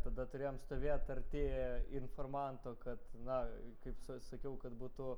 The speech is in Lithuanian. tada turėjom stovėt arti informanto kad na kaip sa sakiau kad būtų